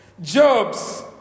Jobs